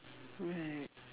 right